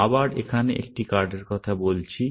আবার আমরা এখানে একটি কার্ডের কথা বলছি